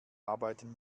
arbeiten